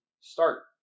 start